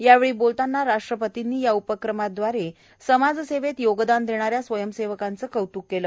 यावेळी बोलताना राष्ट्रपतींनी या उपक्रमादवारे समाजसेवेत योगदान देणाऱ्या स्वयंसेवकांच कौत्क केलं